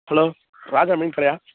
hello Raja மீன் கடையா